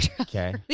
Okay